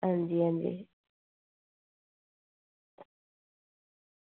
अंजी अंजी